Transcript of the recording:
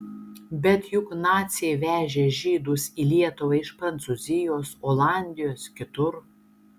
bet juk naciai vežė žydus į lietuvą iš prancūzijos olandijos kitur